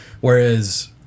Whereas